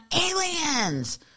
aliens